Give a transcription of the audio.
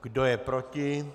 Kdo je proti?